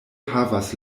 havas